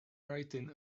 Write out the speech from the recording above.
writing